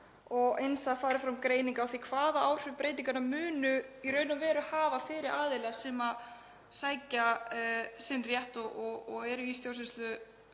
að það fari fram greining á því hvaða áhrif breytingarnar munu í raun og veru hafa fyrir aðila sem sækja sinn rétt og eru í stjórnsýslumáli